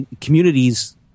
communities